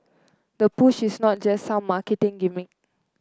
the push is not just some marketing gimmick